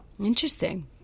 Interesting